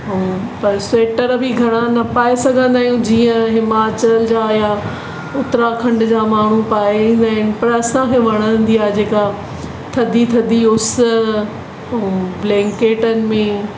ऐं पर सीटर बि घणा न पाए सघंदा आहियूं जीअं हिमाचल जा या उत्तराखंड जा माण्हू पाए ईंदा आहिनि पर असांखे वणंदी आहे जेका थदी थदी उस ऐं ब्लैंकेटनि में